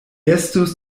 estus